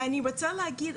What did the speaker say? ואני רוצה להגיד,